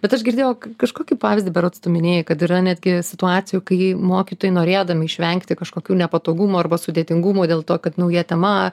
bet aš girdėjau kažkokį pavyzdį berods tu minėjai kad yra netgi situacijų kai mokytojai norėdami išvengti kažkokių nepatogumų arba sudėtingumų dėl to kad nauja tema